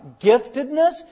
giftedness